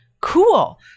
cool